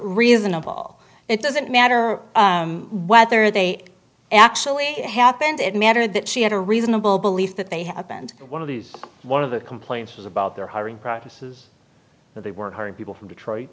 reasonable it doesn't matter whether they actually happened it mattered that she had a reasonable belief that they happened one of these one of the complaints was about their hiring practices but they weren't her people from detroit